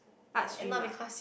arts stream ah